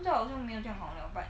就好像没有这样好了 but